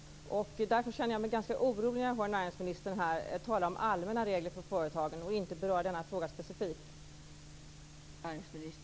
Därför känner jag mig ganska orolig när jag hör näringsministern tala om allmänna regler för företagen utan att beröra denna fråga specifikt.